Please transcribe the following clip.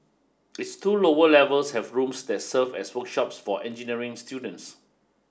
its two lower levels have rooms that serve as workshops for engineering students